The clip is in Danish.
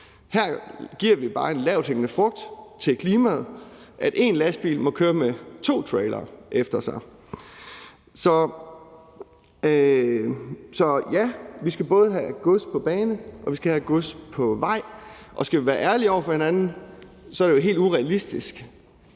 Her giver vi bare en lavthængende frugt til klimaet: at én lastbil må køre med to trailere efter sig. Så ja, vi skal både have gods på bane, og vi skal have gods på vej, og skal vi være ærlige over for hinanden, er det jo helt urealistisk